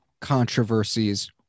controversies